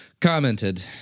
Commented